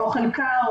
אוכל קר,